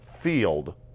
field